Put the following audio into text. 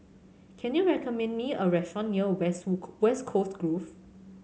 can you recommend me a restaurant near West Coast Grove